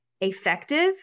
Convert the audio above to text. effective